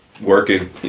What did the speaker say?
Working